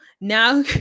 now